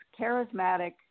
charismatic